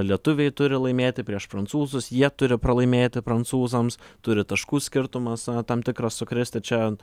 lietuviai turi laimėti prieš prancūzus jie turi pralaimėti prancūzams turi taškų skirtumas tam tikras sukristi čia